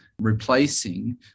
replacing